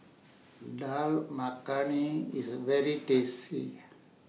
Dal Makhani IS very tasty